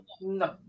no